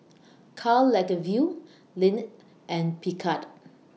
Karl Lagerfeld Lindt and Picard